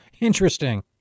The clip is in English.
Interesting